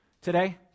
today